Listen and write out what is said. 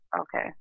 Okay